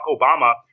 Obama